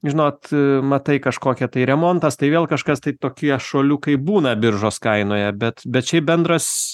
žinot matai kažkokią tai remontas tai vėl kažkas tai tokie šuoliukai būna biržos kainoje bet bet šiaip bendras